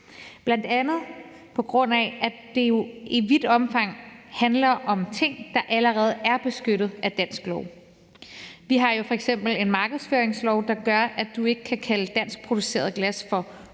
bl.a., på grund af at det jo i vidt omfang handler om ting, der allerede er beskyttet af dansk lov. Vi har jo f.eks. en markedsføringslov, der gør, at du ikke kan kalde danskproduceret glas for